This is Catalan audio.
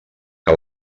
que